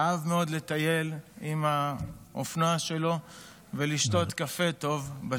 אהב מאוד לטייל על האופנוע שלו ולשתות קפה טוב בשטח.